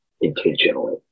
intentionally